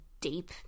deep